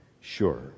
Sure